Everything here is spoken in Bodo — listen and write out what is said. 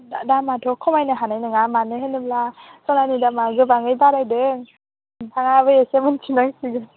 दामाथ' खमायनो हानाय नङा मानो होनोब्ला सनानि दामा गोबाङै बारायदों नोंथाङाबो एसे मोन्थि नांसिगोन